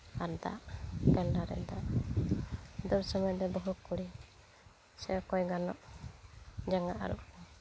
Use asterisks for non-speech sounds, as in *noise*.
ᱟᱨ ᱫᱟᱜ ᱠᱟᱸᱰᱟ ᱨᱮ ᱫᱟᱜ *unintelligible* ᱵᱚᱦᱚᱜ ᱠᱚᱨᱮ ᱥᱮ ᱚᱠᱚᱭ ᱜᱟᱱᱚᱜ ᱡᱟᱝᱜᱟ ᱟᱹᱨᱩᱵ